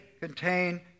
contain